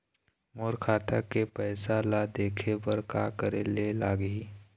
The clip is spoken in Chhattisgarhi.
मोर खाता के पैसा ला देखे बर का करे ले लागही?